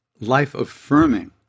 life-affirming